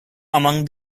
among